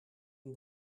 een